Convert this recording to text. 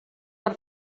per